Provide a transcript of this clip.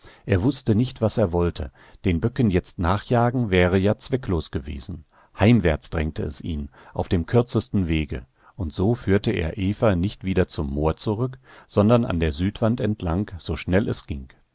er wußte nicht was er wollte den böcken jetzt nachjagen wäre ja zwecklos gewesen heimwärts drängte es ihn auf dem kürzesten wege und so führte er eva nicht wieder zum moor zurück sondern an der südwand entlang so schnell es ging